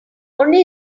only